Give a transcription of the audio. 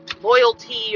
loyalty